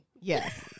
Yes